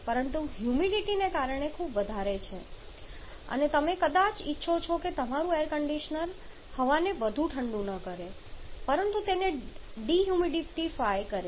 પરંતુ હ્યુમિડિટી ને કારણે ખૂબ વધારે છે અને તમે કદાચ ઇચ્છો છો કે તમારું એર કંડિશનર હવાને ઠંડુ ન કરે પરંતુ તેને ડિહ્યુમિડિફાઇ કરે